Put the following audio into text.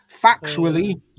factually